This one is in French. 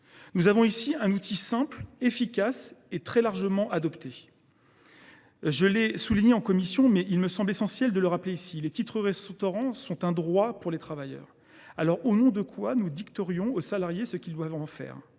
Nous avons ici un outil simple, efficace et très largement adopté. Je l’ai déjà souligné en commission, mais il me semble essentiel de le rappeler ici, les titres restaurant sont un droit pour les travailleurs. Aussi, au nom de quoi dicterions nous aux salariés ce qu’ils doivent en faire ?